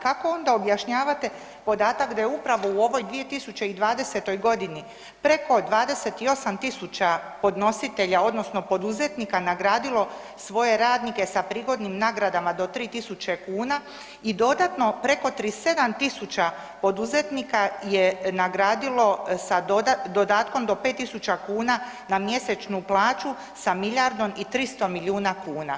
Kako ona objašnjavate podatak da je upravo u ovoj 2020. godini preko 28.000 podnositelja odnosno poduzetnika nagradilo svoje radnike sa prigodnim nagradama do 3.000 kuna i dodatno preko 37.000 poduzetnika je nagradilo sa dodatkom do 5.000 na mjesečnu plaću sa milijardom i 300 milijuna kuna?